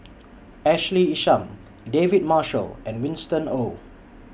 Ashley Isham David Marshall and Winston Oh